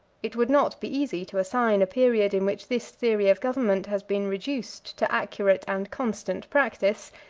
it would not be easy to assign a period in which this theory of government has been reduced to accurate and constant practice,